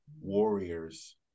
Warriors